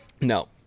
No